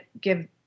give